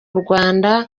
rwanda